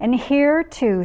and here to